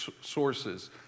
sources